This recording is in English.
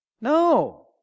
No